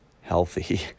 healthy